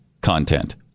content